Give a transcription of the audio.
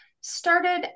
started